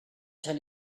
tell